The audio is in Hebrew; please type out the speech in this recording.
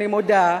אני מודה,